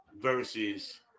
versus